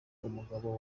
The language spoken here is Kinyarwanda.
umugabo